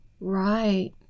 Right